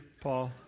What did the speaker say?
Paul